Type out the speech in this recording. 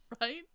Right